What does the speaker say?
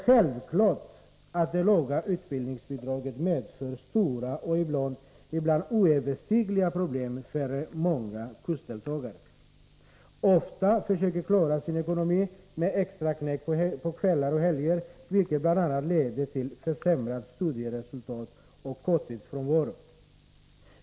Självfallet medför det låga utbildningsbidraget stora och ibland oöverstigliga problem för många kursdeltagare, som ofta försöker klara sin ekonomi med extraknäck på kvällar och under helger, vilket bl.a. leder till försämrade studieresultat och korttidsfrånvaro.